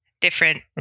different